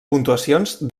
puntuacions